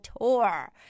tour